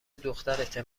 دخترته